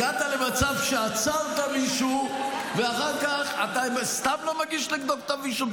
הגעת למצב שעצרת מישהו ואחר כך אתה סתם לא מגיש כתב אישום?